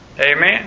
Amen